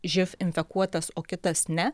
živ infekuotas o kitas ne